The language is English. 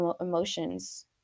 emotions